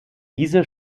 diese